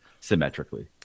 symmetrically